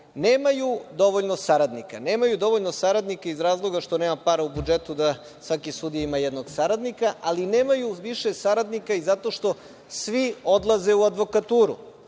rad. Nemaju dovoljno saradnika, nema dovoljno saradnika iz razloga zato što nema para u budžetu da svaki sudija ima jednog saradnika, ali nemaju više saradnika zato što svi odlaze u advokaturu.